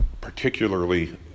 particularly